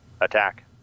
attack